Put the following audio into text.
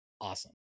awesome